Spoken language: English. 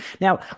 now